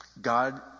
God